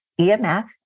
EMF